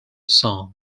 song